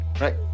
right